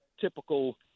typical